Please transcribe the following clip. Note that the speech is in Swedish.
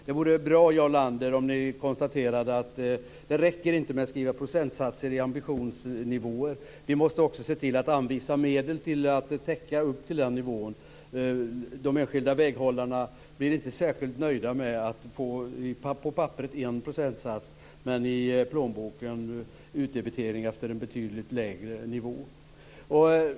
Det vore bra, Jarl Lander, om ni konstaterade att det inte räcker att skriva procentsatser i ambitionsnivåer. Vi måste också se till att anvisa medel för att täcka upp till den nivån. De enskilda väghållarna blir inte särskilt nöjda med att få en procentsats på papperet men i plånboken utdebitering efter en betydligt lägre nivå.